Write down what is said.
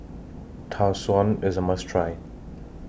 Tau Suan IS A must Try